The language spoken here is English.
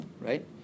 right